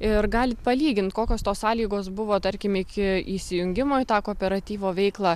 ir galit palygint kokios tos sąlygos buvo tarkime iki įsijungimo į tą kooperatyvo veiklą